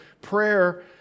prayer